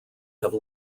have